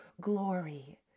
glory